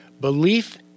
Belief